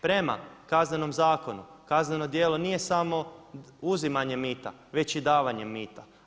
Prema Kaznenom zakonu kazneno djelo nije samo uzimanje mita već i davanje mita.